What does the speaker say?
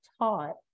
taught